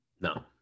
No